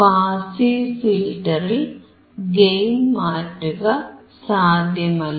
passive ഫിൽറ്ററിൽ gain മാറ്റുക സാധ്യമല്ല